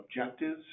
objectives